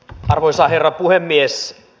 arvoisa herra puhemies